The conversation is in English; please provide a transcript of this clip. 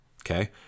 Okay